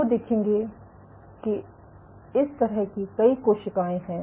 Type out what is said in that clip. तो देखेंगे कि इस तरह की कई कोशिकाएँ हैं